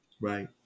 Right